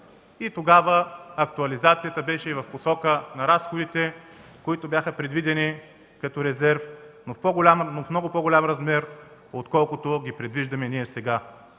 и тогава актуализацията беше и в посока на разходите, които бяха предвидени като резерв, но в много по-голям размер, отколкото ги предвиждаме ние сега.